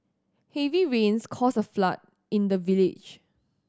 heavy rains caused a flood in the village